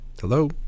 Hello